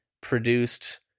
produced